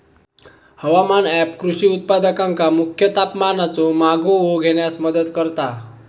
हवामान ऍप कृषी उत्पादकांका मुख्य तापमानाचो मागोवो घेण्यास मदत करता